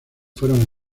fueron